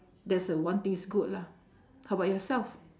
that's a one things good lah how about yourself